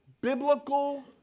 biblical